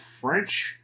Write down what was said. French